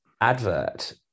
advert